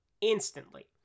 instantly